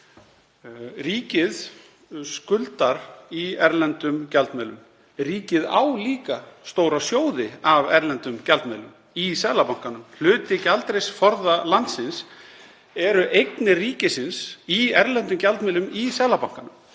Ríkið skuldar í erlendum gjaldmiðlum en ríkið á líka stóra sjóði af erlendum gjaldmiðlum í Seðlabankanum. Hluti gjaldeyrisforða landsins eru eignir ríkisins í erlendum gjaldmiðlum í Seðlabankanum.